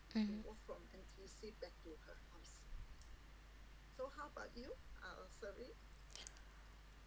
mm